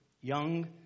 young